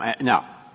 Now